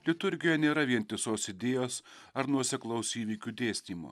liturgijoje nėra vientisos idėjos ar nuoseklaus įvykių dėstymo